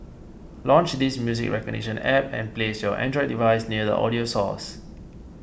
launch this music recognition App and place your Android device near the audio source